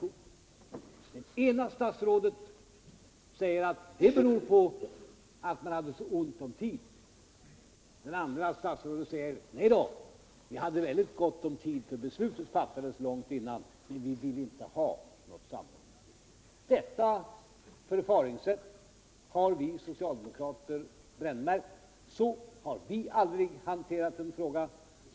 Det ena statsrådet säger att det berodde på att man hade så ont om tid. Det andra statsrådet säger: Nej då, vi hade gott om tid, för beslutet fattades långt tidigare, men vi ville inte ha något samråd. Detta förfaringssätt har vi socialdemokrater brännmärkt. Så har vi aldrig hanterat en fråga.